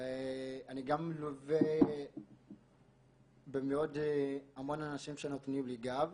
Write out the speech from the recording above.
ואני גם מלווה בהמון אנשים שנתנו לי גב